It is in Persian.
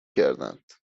کردند